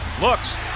Looks